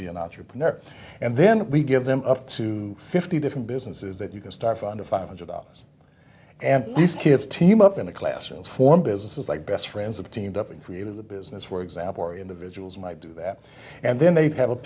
be an entrepreneur and then we give them up to fifty different businesses that you can start for under five hundred dollars and these kids team up in the class and for businesses like best friends have teamed up and created a business for example or individuals might do that and then they have a